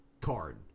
card